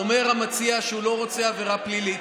אומר המציע שהוא לא רוצה עבירה פלילית,